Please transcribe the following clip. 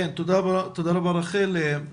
תודה רבה רחל.